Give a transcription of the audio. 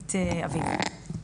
מנכ"לית אביב לניצולי שואה.